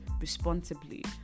responsibly